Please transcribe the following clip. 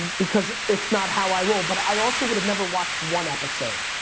because it's not how i roll. but i also would've never watched one episode.